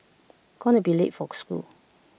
gonna be late for school